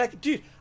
Dude